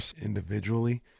individually